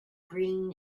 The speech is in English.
green